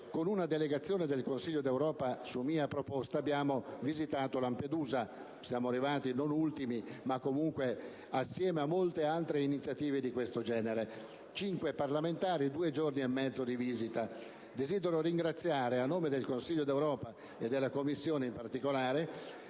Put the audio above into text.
con una delegazione del Consiglio d'Europa, su mia proposta, abbiamo visitato Lampedusa, arrivando non ultimi ma, comunque, assieme a molte altre iniziative di questo genere: cinque parlamentari, due giorni e mezzo di visita. Desidero ringraziare, a nome del Consiglio d'Europa, e della Commissione immigrazione